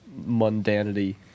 mundanity